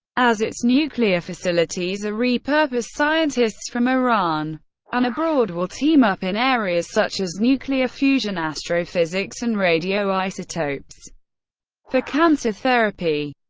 as its nuclear facilities are repurposed, scientists from iran and abroad will team up in areas such as nuclear fusion, astrophysics, and radioisotopes for cancer therapy.